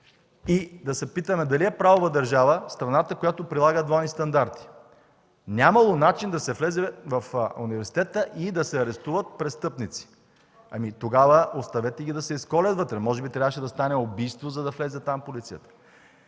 и да се питаме дали е правова държава страната, която прилага двойни стандарти? Нямало начин да се влезе в университета и да се арестуват престъпниците. Ами тогава оставете ги да се изколят вътре! Може би трябваше да стане убийство, за да влезе там полицията!